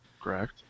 Correct